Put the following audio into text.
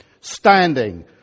Standing